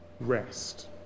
rest